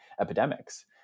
epidemics